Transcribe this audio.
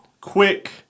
Quick